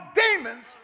demons